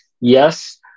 yes